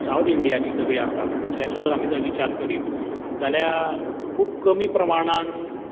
south India जी सगळी आसा थंय तुजो आमी जर विचार करीत जाल्या खूब कमी प्रमाणान